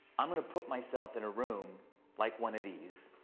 i'm gonna put myself in a room like one of these,